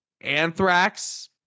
anthrax